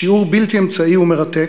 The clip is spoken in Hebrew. שיעור בלתי אמצעי ומרתק,